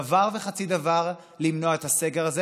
עשתה דבר וחצי דבר למנוע את הסגר הזה